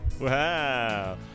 Wow